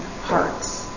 hearts